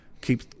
keep